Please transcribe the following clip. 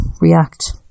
react